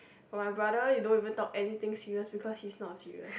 for my brother you don't even talk anything serious because he is not serious